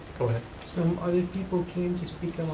go ahead. so other people came to speak